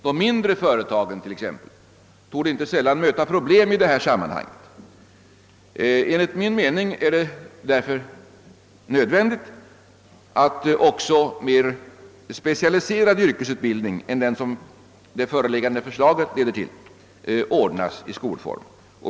De mindre företagen t.ex. torde inte sällan möta problem i detta sammanhang. Enligt min mening är det därför nödvändigt att också mer specialiserad yrkesutbildning än den som det föreliggande förslaget leder till ordnas i skolform.